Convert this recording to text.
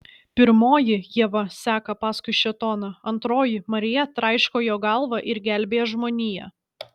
pirmoji ieva seka paskui šėtoną antroji marija traiško jo galvą ir gelbėja žmoniją